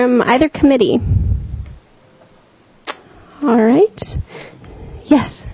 from either committee all right yes